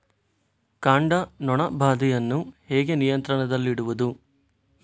ಕಾಂಡ ನೊಣ ಬಾಧೆಯನ್ನು ಹೇಗೆ ನಿಯಂತ್ರಣದಲ್ಲಿಡುವುದು?